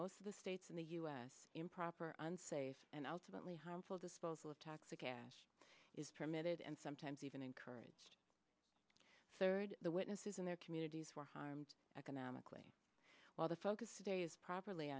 most of the states in the us improper unsafe and ultimately harmful disposal of toxic gas is permitted and sometimes even encouraged third the witnesses and their communities were harmed economically while the focus today is properly